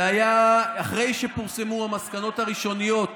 זה היה אחרי שפורסמו המסקנות הראשוניות